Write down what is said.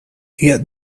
yet